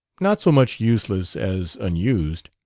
not so much useless as unused.